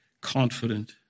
confident